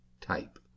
type